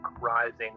rising